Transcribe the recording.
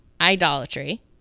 idolatry